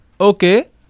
Okay